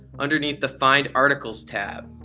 underneath the find articles tab.